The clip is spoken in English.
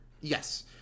Yes